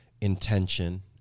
intention